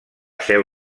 seu